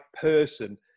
person